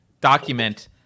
document